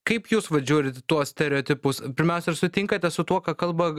kaip jūs vat žiūrit į tuos stereotipus pirmiausia ar sutinkate su tuo ką kalba